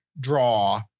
draw